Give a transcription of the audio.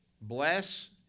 Bless